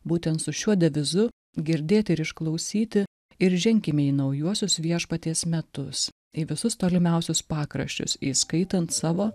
būtent su šiuo devizu girdėti ir išklausyti ir ženkime į naujuosius viešpaties metus į visus tolimiausius pakraščius įskaitant savo